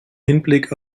hinblick